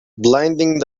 blinding